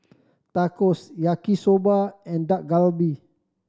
Tacos Yaki Soba and Dak Galbi